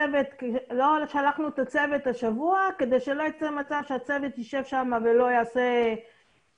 לא שלחנו את הצוות השבוע כדי שלא יצא מצב שהצוות ישב שם ולא יעשה דבר.